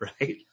right